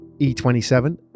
E27